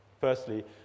Firstly